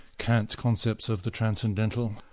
kant's concepts of the transcendental.